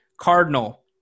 Cardinal